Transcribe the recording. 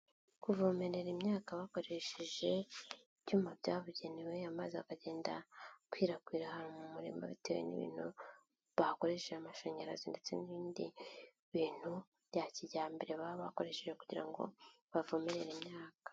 Kuvomerera imyaka bakoresheje ibyuma byabugenewe, amaze akagenda akwirakwira ahantu mu murima bitewe n'ibintu bakoresheje amashanyarazi ndetse n'ibindi bintu bya kijyambere baba bakoresheje kugira ngo bavome imyaka.